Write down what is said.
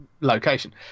Location